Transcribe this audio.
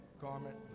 garment